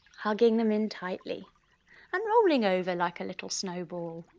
hugging them in tightly and rolling over like a little snowball